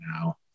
now